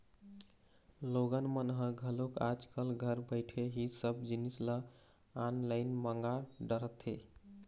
लोगन मन ह घलोक आज कल घर बइठे ही सब जिनिस ल ऑनलाईन मंगा डरथे